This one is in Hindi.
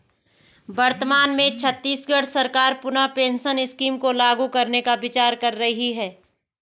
वर्तमान में छत्तीसगढ़ सरकार पुनः पेंशन स्कीम को लागू करने का विचार कर रही है